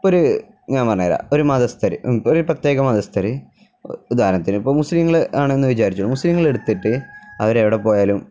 ഇപ്പോഴൊരു ഞാൻ പറഞ്ഞുതരാം ഒരു മതസ്ഥര് ഒരു പ്രത്യേക മതസ്ഥര് ഉദാഹണത്തിന് ഇപ്പോള് മുസ്ലീങ്ങള് ആണെന്നു വിചാരിച്ചോളൂ മുസ്ലീങ്ങളെ എടുത്തിട്ട് അവരെവിടെ പോയാലും